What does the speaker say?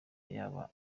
yaba